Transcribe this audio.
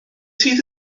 sydd